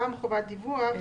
גם חובת דיווח.